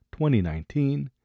2019